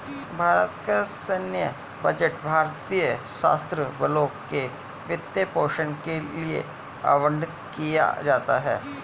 भारत का सैन्य बजट भारतीय सशस्त्र बलों के वित्त पोषण के लिए आवंटित किया जाता है